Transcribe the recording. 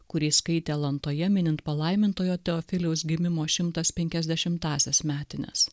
kurį skaitė alantoje minint palaimintojo teofiliaus gimimo šimtas penkiasdešimtąsias metines